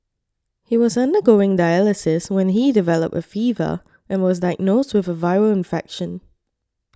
he was undergoing dialysis when he developed a fever and was diagnosed with a viral infection